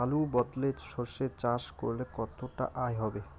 আলুর বদলে সরষে চাষ করলে কতটা আয় হবে?